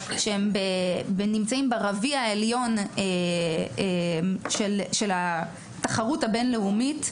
שנמצאים ברביע העליון של התחרות הבין-לאומית.